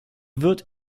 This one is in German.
wird